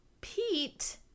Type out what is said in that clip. Pete